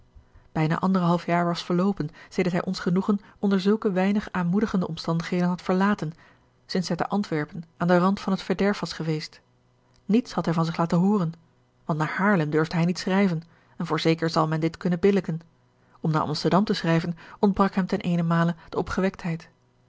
bijna anderhalf jaar was verloopen sedert hij ons genoegen onder zulke weinig aanmoedigende omstandigheden had verlaten sinds hij te antwerpen aan den rand van het verderf was geweest niets had hij van zich laten hooren want naar haarlem durfde hij niet schrijven en voorzeker zal men dit kunnen billijken om naar amsterdam te schrijven ontbrak hem ten eenenmale de opgewektheid